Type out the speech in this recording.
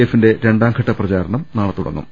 എഫിന്റെ രണ്ടാം ഘട്ട പ്രചാരണം നാളെ തുടങ്ങും